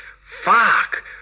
fuck